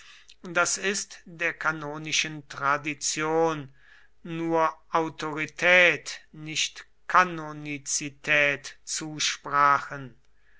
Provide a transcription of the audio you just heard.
das ist der kanonischen tradition nur autorität nicht kanonizität zusprachen